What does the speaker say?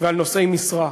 ועל נושאי משרה: